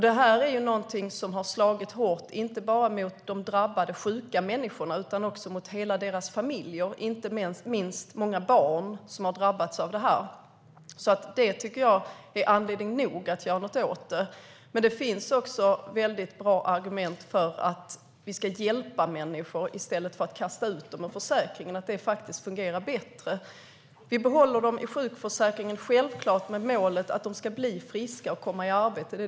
Detta är någonting som har slagit hårt inte bara mot de drabbade sjuka människorna utan också mot hela deras familjer, inte minst mot många barn som har drabbats av detta. Detta är anledning nog att göra något åt problemet. Det finns också bra argument för att hjälpa människor i stället för att kasta ut dem ur försäkringen. Det fungerar bättre. Vi behåller dem i sjukförsäkringen med det självklara målet att de ska bli friska och komma i arbete.